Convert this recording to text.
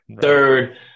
Third